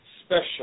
special